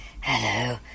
Hello